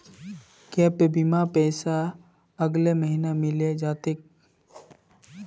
gap बीमार पैसा अगले महीने मिले जा तोक